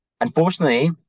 Unfortunately